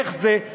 איך זה?